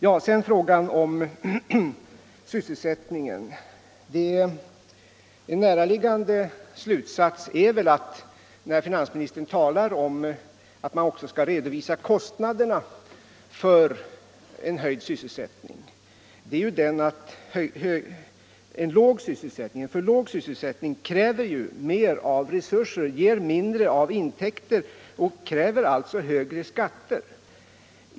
Man skall också redovisa kostnaderna för en höjd sysselsättning, sade finansministern, men där är det väl en näraliggande slutsats att en för låg sysselsättning kräver större resurser och ger mindre intäkter och därmed också nödvändiggör högre skatter.